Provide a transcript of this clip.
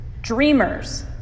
dreamers